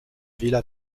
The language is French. vila